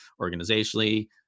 organizationally